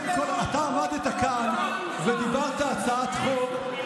אתה עמדת כאן ודיברת על הצעת חוק,